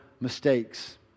mistakes